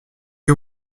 que